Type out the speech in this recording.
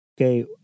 okay